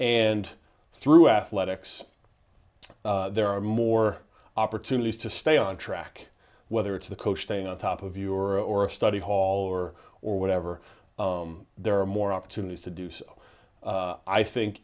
and through athletics there are more opportunities to stay on track whether it's the coach staying on top of your or a study hall or or whatever there are more opportunities to do so i think